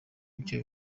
ibyo